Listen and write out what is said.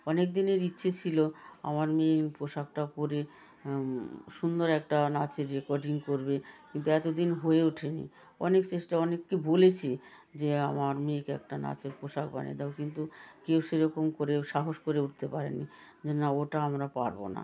অনেক দিনের ইচ্ছে ছিল আমার মেয়ে পোশাকটা পরে সুন্দর একটা নাচের রেকর্ডিং করবে কিন্তু এতদিন হয়ে ওঠেনি অনেক চেষ্টা অনেককে বলেছি যে আমার মেয়েকে একটা নাচের পোশাক বানিয়ে দাও কিন্তু কেউ সে রকম করেও সাহস করে উঠতে পারেনি যে না ওটা আমরা পারব না